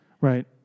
right